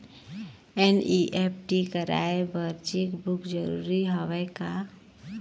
NEFT कराय बर cheque book जरूरी हवय का?